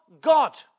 God